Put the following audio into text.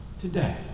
today